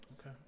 Okay